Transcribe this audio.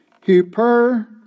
hyper